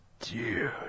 Dude